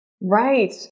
Right